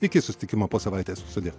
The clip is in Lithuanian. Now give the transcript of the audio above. iki susitikimo po savaitės sudie